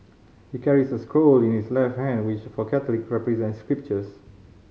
he carries a scroll in his left hand which for Catholic represent scriptures